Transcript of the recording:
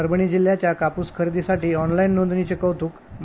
परभणी जिल्ह्याच्या कापूस खरेदीसाठी ऑनलाईन नोंदणीचे कौतुक मा